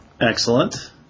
Excellent